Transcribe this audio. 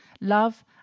Love